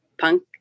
punk